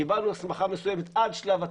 קיבלנו הסמכה מסוימת עד שלב התביעה,